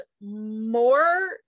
more